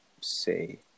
say